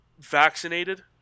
vaccinated